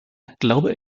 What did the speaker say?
glaube